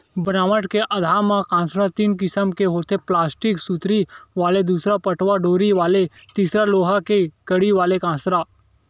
बनावट के आधार म कांसरा तीन किसम के होथे प्लास्टिक सुतरी वाले दूसर पटवा डोरी वाले तिसर लोहा के कड़ी वाले कांसरा